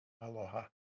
Aloha